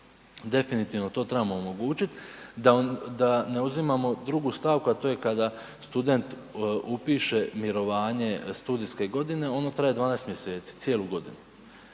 definitivno to trebamo omogućit, da ne uzimamo drugu stavku a to je kada student upiše mirovanje studijske godine, ono traje 12 mj., cijelu godinu.